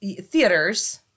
theaters